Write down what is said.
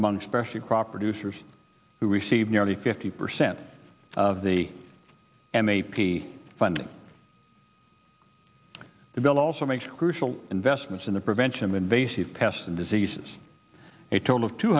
among special crop or do three who receive nearly fifty percent of the m a p funding the bill also makes crucial investments in the prevention of invasive pests and diseases a total of two